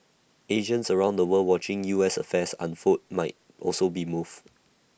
Asians around the world watching U S affairs unfold might also be moved